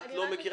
את לא מכירה,